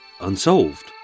unsolved